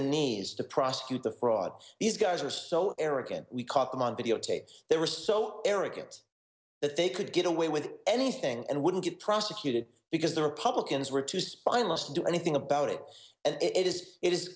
the knees to prosecute the frauds these guys are so arrogant we caught them on videotape they were so arrogant that they could get away with anything and wouldn't get prosecuted because the republicans were too spineless to do anything about it and it is it is